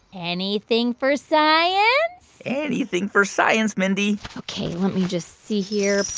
anything for science? anything for science, mindy ok, let me just see here.